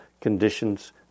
conditions